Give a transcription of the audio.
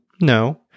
No